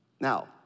Now